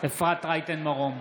אפרת רייטן מרום,